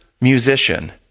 musician